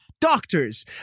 Doctors